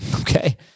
Okay